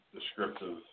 descriptive